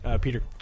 Peter